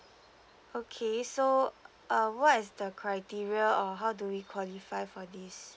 okay so uh what is the criteria or how do we qualify for this